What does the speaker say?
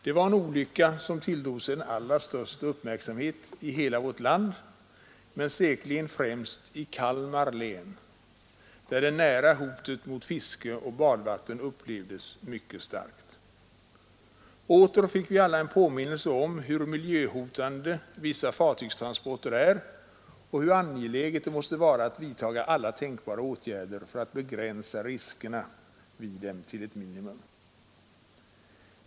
Det var en olycka som tilldrog sig den allra största uppmärksamhet i hela vårt land men säkerligen främst i Kalmar län, där det nära hotet mot fiske och badvatten upplevdes mycket starkt. Åter fick vi alla en påminnelse om hur miljöhotande vissa fartygstransporter är och hur angeläget det måste vara att vidtaga alla tänkbara åtgärder för att begränsa riskerna vid dem till ett minimum.